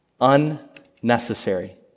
Unnecessary